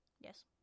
Yes